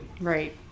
Right